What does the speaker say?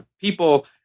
people